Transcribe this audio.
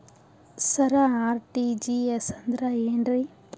ಸರ RTGS ಅಂದ್ರ ಏನ್ರೀ?